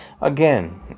Again